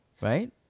Right